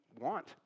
want